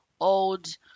old